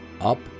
Up